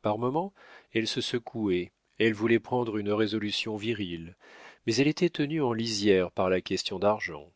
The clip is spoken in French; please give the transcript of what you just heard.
par moments elle se secouait elle voulait prendre une résolution virile mais elle était tenue en lisières par la question d'argent